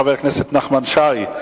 חבר הכנסת נחמן שי,